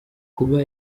kuba